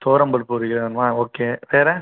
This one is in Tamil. துவரம் பருப்பு ஒரு கிலோ வேணுமா ஓகே வேறு